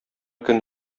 көн